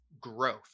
growth